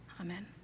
Amen